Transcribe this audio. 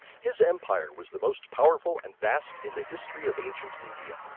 his empire was the most powerful and vast in the history of ancient india,